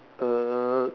uh